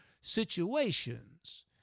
situations